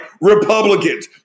Republicans